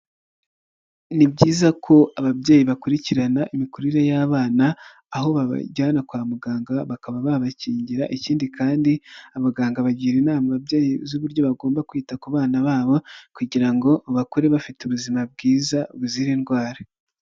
Ni byiza ko ababyeyi bakurikirana imikurire y'abana, aho babajyana kwa muganga bakaba babakingira, ikindi kandi abaganga bagira inama ababyeyi z'uburyo bagomba kwita ku bana babo kugira ngo bakure bafite ubuzima bwiza buzira indwara.